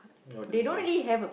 oh this ya